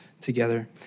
together